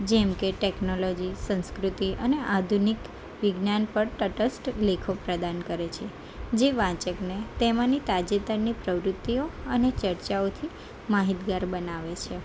જેમકે ટેકનોલોજી સંસ્કૃતિ અને આધુનિક વિજ્ઞાન પર તટસ્થ લેખો પ્રદાન કરે છે જે વાચકને તેમાંની તાજેતરની પ્રવૃત્તિઓ અને ચર્ચાઓથી માહિતગાર બનાવે છે